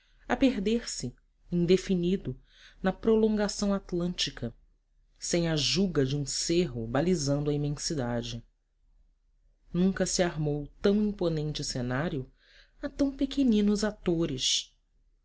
a perder-se indefinido na prolongação atlântica sem a juga de um cerro balizando a imensidade nunca se armou tão imponente cenário a tão pequeninos atores